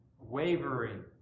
wavering